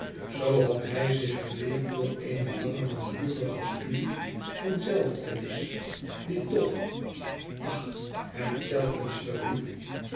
zoo had hij zich geleerd door eene lange langdurige studie van zelfkennis die toch ach hem telkens verried